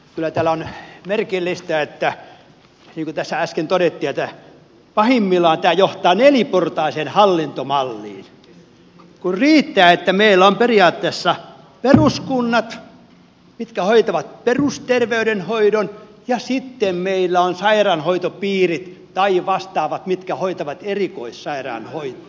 kyllä täällä on merkillistä niin kuin tässä äsken todettiin että pahimmillaan tämä johtaa neliportaiseen hallintomalliin kun riittää että meillä on periaatteessa peruskunnat mitkä hoitavat perusterveydenhoidon ja sitten meillä on sairaanhoitopiirit tai vastaavat mitkä hoitavat erikoissairaanhoidon